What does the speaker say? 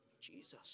Jesus